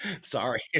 Sorry